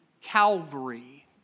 Calvary